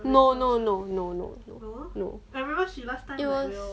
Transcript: no no no no no no no no it was